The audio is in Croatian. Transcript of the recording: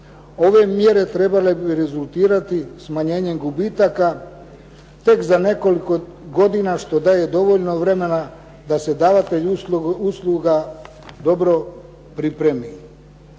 Ove mjere trebale bi rezultirati smanjenjem gubitaka tek za nekoliko godina što daje dovoljno vremena da se davatelj usluga dobro pripremi.